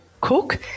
cook